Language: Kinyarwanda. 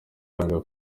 iranga